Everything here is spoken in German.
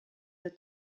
der